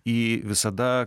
į visada